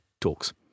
talks